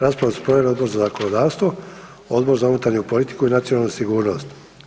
Raspravu su proveli Odbor za zakonodavstvo i Odbor za unutarnju politiku i nacionalnu sigurnost.